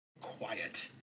quiet